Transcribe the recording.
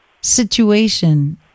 situation